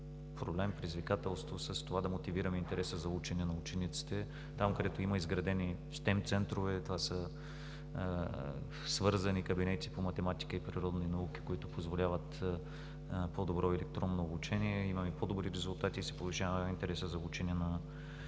проблем, предизвикателство с това да мотивираме интереса за учене на учениците там, където има изградени STEM центрове. Това са свързани кабинети по математика и природни науки, които позволяват по-добро електронно обучение. Имаме по-добри резултати и се повишава интересът за учене на учениците.